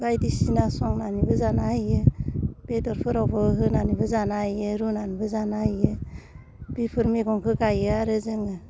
बायदिसिना संनानैबो जानो हायो बेदफोरावबो होनानैबो जानो हायो रुनानैबो जानो हायो बिफोर मेगंखौ गायो आरो जोङो